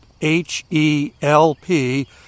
H-E-L-P